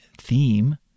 theme